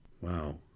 Wow